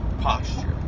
Posture